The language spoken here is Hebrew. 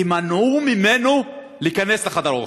כי מנעו ממנו להיכנס לחדר האוכל.